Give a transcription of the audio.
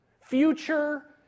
future